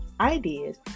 ideas